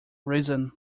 reason